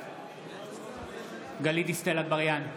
בעד גלית דיסטל אטבריאן,